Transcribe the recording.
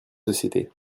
sociétés